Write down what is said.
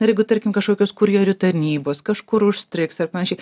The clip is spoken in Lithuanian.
ir jeigu tarkim kažkokios kurjerių tarnybos kažkur užstrigs ar panašiai